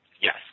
Yes